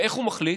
ואיך הוא מחליט?